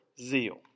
zeal